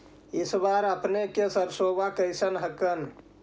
इस बार अपने के सरसोबा कैसन हकन?